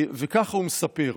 וכך הוא מספר: